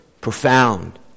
profound